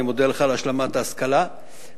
אני מודה לך על השלמת ההשכלה בחינם.